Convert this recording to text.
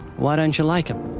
why don't you like him?